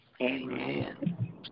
amen